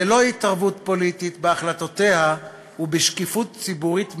ללא התערבות פוליטית בהחלטותיה ובשקיפות ציבורית מלאה.